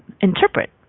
interpret